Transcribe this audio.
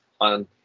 on